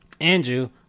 Andrew